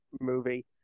movie